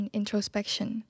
introspection